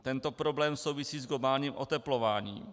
Tento problém souvisí s globálním oteplováním.